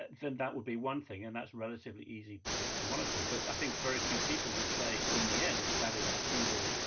then that would be one thing, and that's relatively easy to to monitor. but i think very few people would say in the end, that is the single